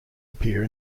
appear